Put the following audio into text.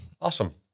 Awesome